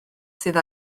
sydd